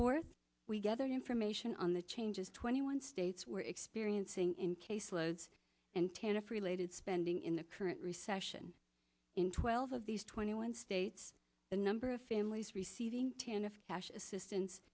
board we gather information on the changes twenty one states were experiencing in case loads and cancer free lated spending in the current recession in twelve of these twenty one states the number of families receiving cash assistance